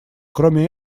кроме